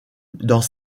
dans